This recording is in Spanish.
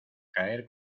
caer